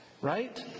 right